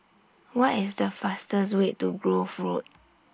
What IS The fastest Way to Grove Road